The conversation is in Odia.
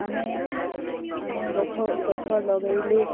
ଆମେ ଆମେ ଗଛ ଗଛ ଲଗେଇଲେ